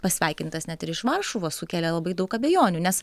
pasveikintas net ir iš varšuvos sukėlė labai daug abejonių nes